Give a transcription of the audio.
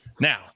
Now